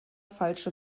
falsche